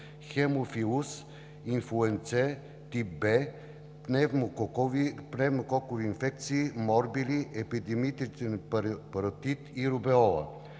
хемофилус инфлуенце тип Б, пневмококови инфекции, морбили, епидемичен паротит и рубеола.